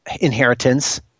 inheritance